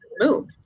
move